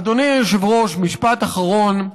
אדוני היושב-ראש, משפט אחרון: